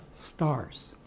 stars